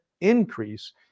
increase